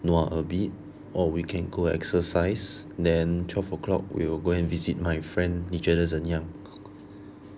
nua a bit or we can go exercise then twelve O'clock we'll go and visit my friend 你觉得怎么样